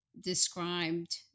described